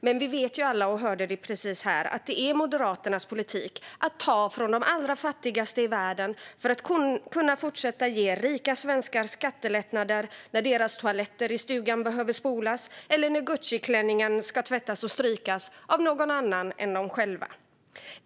Men vi vet ju alla, och hörde det precis här, att det är Moderaternas politik att ta från de allra fattigaste i världen för att kunna fortsätta ge rika svenskar skattelättnader när deras toaletter i stugan behöver spolas eller när Gucciklänningen ska tvättas och strykas av någon annan än de själva.